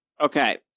Okay